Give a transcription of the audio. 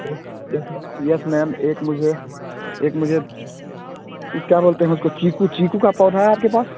yes yes म yes ma'am एक मुझे एक मुझे वो क्या बोलते हैं उसको चीकू चीकू का पौधा है आपके पास